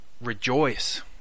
rejoice